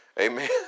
amen